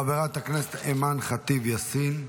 חברת הכנסת אימאן ח'טיב יאסין,